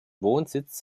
wohnsitz